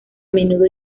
menudo